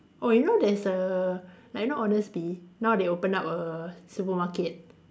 oh you there's a like you know honestbee now they open up a supermarket